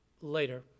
later